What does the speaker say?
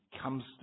comes